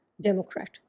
Democrat